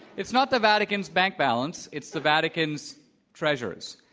it's not the vatican's bank balance. it's the vatican's treasures.